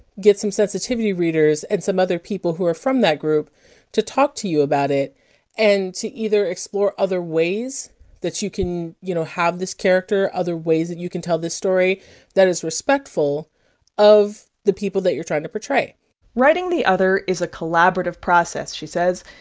get some sensitivity readers and some other people who are from that group to talk to you about it and to either explore other ways that you can, you know, have this character, other ways that and you can tell this story that is respectful of the people that you're trying to portray writing the other is a collaborative process, she says.